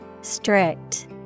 Strict